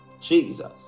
Jesus